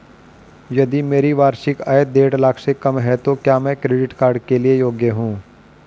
यदि मेरी वार्षिक आय देढ़ लाख से कम है तो क्या मैं क्रेडिट कार्ड के लिए योग्य हूँ?